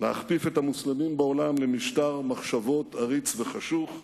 להכפיף את המוסלמים בעולם למשטר מחשבות עריץ וחשוך,